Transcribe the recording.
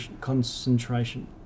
concentration